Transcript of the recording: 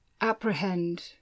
apprehend